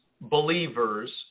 believers